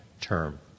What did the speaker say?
term